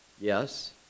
Yes